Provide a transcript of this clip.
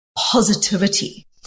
positivity